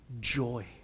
joy